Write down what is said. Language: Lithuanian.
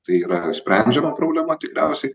tai yra išsprendžiama problema tikriausiai